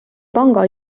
panga